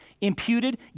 imputed